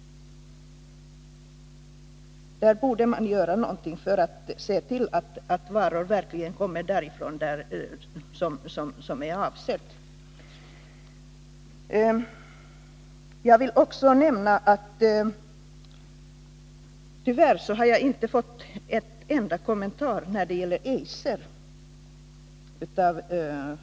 Här borde man verkligen se till att varor kommer från rätt håll. Tyvärr har handelsministern inte gjort en enda kommentar beträffande AB Eiser.